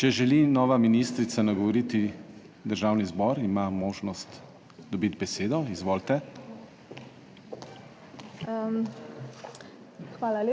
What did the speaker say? Če želi nova ministrica nagovoriti Državni zbor ima možnost dobiti besedo? Izvolite. **Nadaljevanje